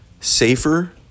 safer